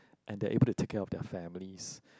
and they are able to take care of their families